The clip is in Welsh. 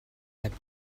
heb